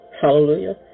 Hallelujah